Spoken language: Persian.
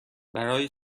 برای